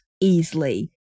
easily